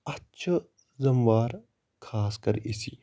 اَتھ چھُ ذِمہٕ وار خاص کر أسی